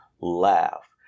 laugh